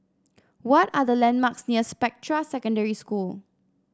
what are the landmarks near Spectra Secondary School